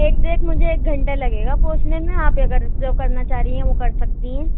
exact مجھے ایک گھنٹہ لگے گا پہچنے میں آپ اگر جو کرنا چاہ رہی ہیں وہ کر سکتی ہیں